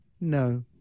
no